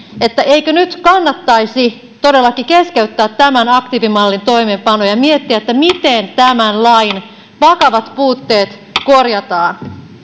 eikö nyt kannattaisi todellakin keskeyttää tämän aktiivimallin toimeenpano ja miettiä miten tämän lain vakavat puutteet korjataan